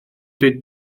dweud